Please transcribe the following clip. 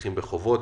שמסתבכים בחובות,